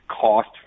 cost